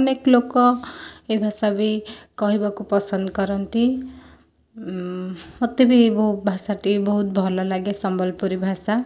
ଅନେକ ଲୋକ ଏଇ ଭାଷା ବି କହିବାକୁ ପସନ୍ଦ କରନ୍ତି ମୋତେ ବି ଏ ବହୁ ଭାଷାଟି ବହୁତ ଭଲଲାଗେ ସମ୍ବଲପୁରୀ ଭାଷା